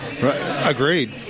Agreed